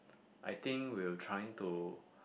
I think we were trying to